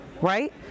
Right